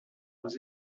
aux